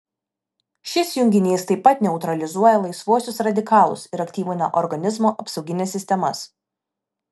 šis junginys taip pat neutralizuoja laisvuosius radikalus ir aktyvina organizmo apsaugines sistemas